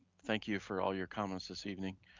thank you for all your comments this evening.